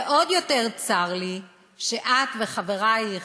ועוד יותר צר לי שאת וחברייך,